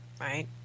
right